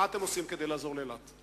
מה אתם עושים כדי לעזור לאילת?